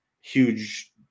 huge